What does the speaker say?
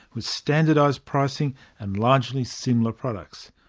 with standardised pricing and largely similar products.